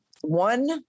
one